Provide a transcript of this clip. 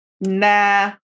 Nah